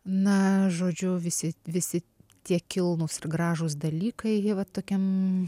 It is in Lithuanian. na žodžiu visi visi tie kilnūs gražūs dalykai tokiam